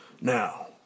Now